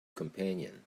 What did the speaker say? companion